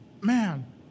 man